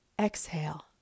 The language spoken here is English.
exhale